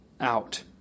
out